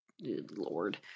Lord